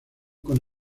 con